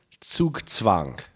Zugzwang